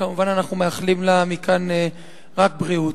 כמובן, אנחנו מאחלים לה מכאן רק בריאות.